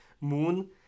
moon